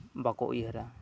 ᱵᱟᱠᱚ ᱩᱭᱦᱟᱹᱨᱟ